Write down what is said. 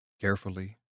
Carefully